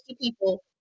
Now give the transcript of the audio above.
people